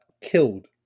killed